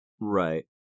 Right